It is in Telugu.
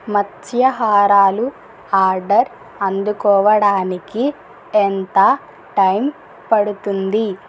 మత్స్యాహారాలు ఆర్డర్ అందుకోడానికి ఎంత టైం పడుతుంది